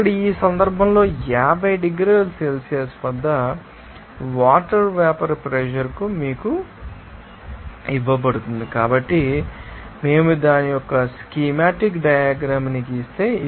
ఇక్కడ ఈ సందర్భంలో 50 డిగ్రీల సెల్సియస్ వద్ద వాటర్ వేపర్ ప్రెషర్ మీకు ఇవ్వబడుతుంది కాబట్టి మేము దీని యొక్క స్కీమాటిక్ డయగ్రంని గీస్తే